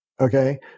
Okay